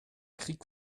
krieg